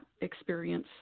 experience